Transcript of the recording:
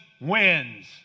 wins